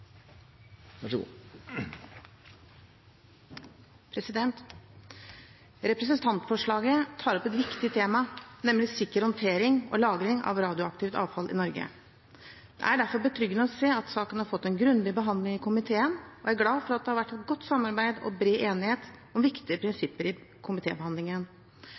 derfor betryggende å se at saken har fått en grundig behandling i komiteen, og jeg glad for at det har vært et godt samarbeid og bred enighet om viktige prinsipper i